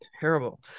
terrible